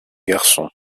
garçons